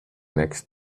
next